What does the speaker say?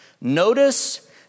notice